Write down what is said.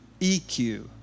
EQ